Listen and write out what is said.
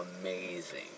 amazing